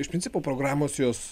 iš principo programos jos